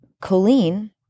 Colleen